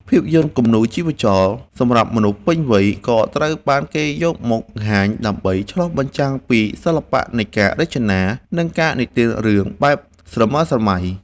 ភាពយន្តគំនូរជីវចល សម្រាប់មនុស្សពេញវ័យ ក៏ត្រូវបានគេយកមកបង្ហាញដើម្បីឆ្លុះបញ្ចាំងពីសិល្បៈនៃការរចនា និងការនិទានរឿងបែបស្រមើស្រមៃ។